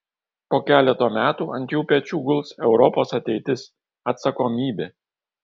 po keleto metų ant jų pečių guls europos ateitis atsakomybė